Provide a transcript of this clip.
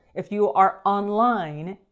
if you are online,